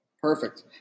Perfect